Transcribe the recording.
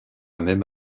même